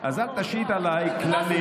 אז אל תשית עליי כללים.